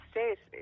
States